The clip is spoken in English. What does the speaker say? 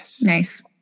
Nice